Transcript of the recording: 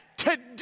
today